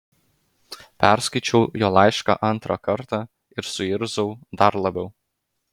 perskaičiau jo laišką antrą kartą ir suirzau dar labiau